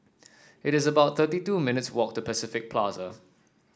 it is about thirty two minutes' walk to Pacific Plaza